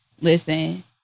Listen